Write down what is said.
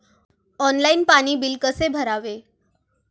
Online पाणी bill कसे भरावे?